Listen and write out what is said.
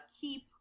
keep